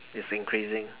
is increasing